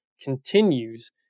continues